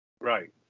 Right